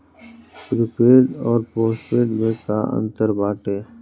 Prepaid अउर postpaid में का अंतर बाटे?